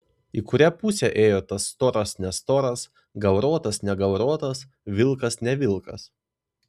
į kurią pusę ėjo tas storas nestoras gauruotas negauruotas vilkas ne vilkas